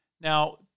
Now